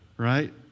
Right